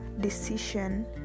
decision